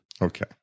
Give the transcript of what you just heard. Okay